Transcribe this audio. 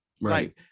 Right